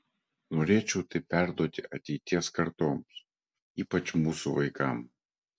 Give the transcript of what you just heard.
norėčiau tai perduoti ateities kartoms ypač mūsų vaikams